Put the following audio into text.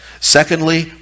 Secondly